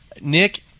Nick